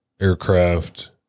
aircraft